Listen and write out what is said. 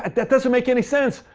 and that doesn't make any sense!